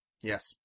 Yes